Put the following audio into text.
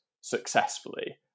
successfully